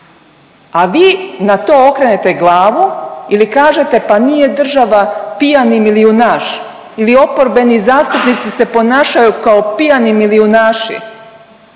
a vi na to okrenete glavu ili kažete pa nije država pijani milijunaš ili oporbeni zastupnici se ponašaju kao pijani milijunaši,